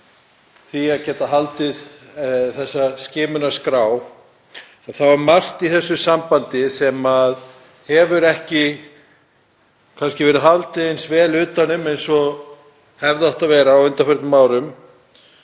því að geta haldið skimunarskrá þá er margt í þessu sambandi sem hefur ekki verið haldið eins vel utan um og hefði átt að vera á undanförnum árum.